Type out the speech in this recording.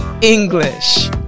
English